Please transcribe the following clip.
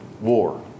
war